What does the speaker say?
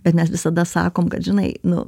bet mes visada sakom kad žinai nu